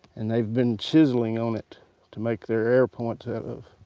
and they've been chiseling on it to make their arrow points out of.